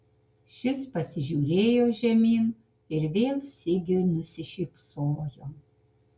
šis pasižiūrėjo žemyn ir vėl sigiui nusišypsojo